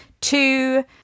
Two